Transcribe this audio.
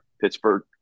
Pittsburgh